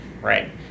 right